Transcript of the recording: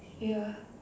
ya